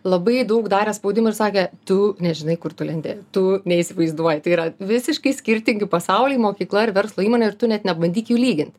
labai daug darė spaudimo ir sakė tu nežinai kur tu lendi tu neįsivaizduoji tai yra visiškai skirtingi pasauliai mokykla ar verslo įmonė ir tu net nebandyk jų lyginti